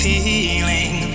Feeling